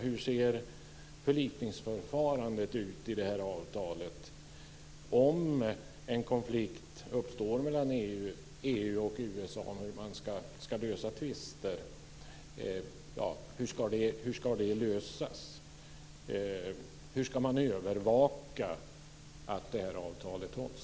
Hur ser förlikningsförfarandet ut i det här avtalet? Om en konflikt uppstår mellan EU och USA om hur man ska lösa tvister, hur ska det då lösas? Hur ska man övervaka att avtalet hålls?